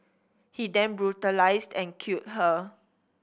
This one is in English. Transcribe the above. he then brutalised and killed her